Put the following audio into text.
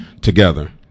together